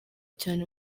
cyane